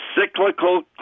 cyclical